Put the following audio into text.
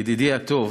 ידידי הטוב,